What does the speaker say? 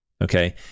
Okay